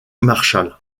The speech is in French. marshall